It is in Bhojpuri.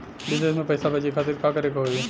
विदेश मे पैसा भेजे खातिर का करे के होयी?